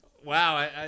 Wow